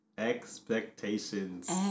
Expectations